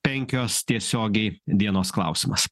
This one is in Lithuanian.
penkios tiesiogiai dienos klausimas